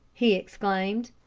he exclaimed.